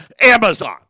Amazon